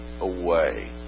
away